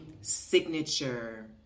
signature